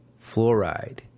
fluoride